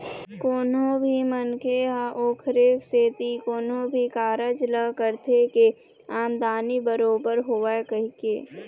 कोनो भी मनखे ह ओखरे सेती कोनो भी कारज ल करथे के आमदानी बरोबर होवय कहिके